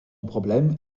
problème